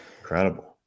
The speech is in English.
Incredible